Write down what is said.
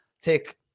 take